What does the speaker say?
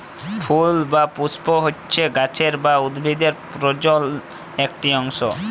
ফুল বা পুস্প হচ্যে গাছের বা উদ্ভিদের প্রজলন একটি অংশ